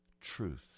truth